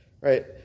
right